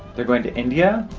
they're going to india?